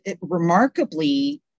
remarkably